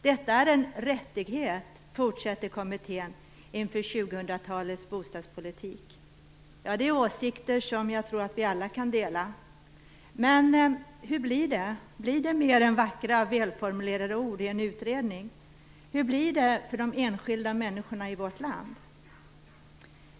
"Detta är en rättighet", fortsätter kommittén inför Det här är åsikter som jag tror att vi alla kan dela. Men hur blir det? Blir det mer än vackra och välformulerade ord i en utredning? Hur blir det för de enskilda människorna i vårt land?